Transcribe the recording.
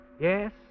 Yes